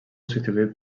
substituït